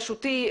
רשותי,